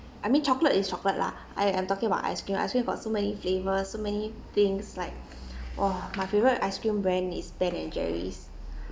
I mean chocolate is chocolate lah I am talking about ice cream ice cream got so many flavour so many things like !wah! my favourite ice cream brand is ben and jerry's